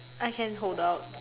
I can hold out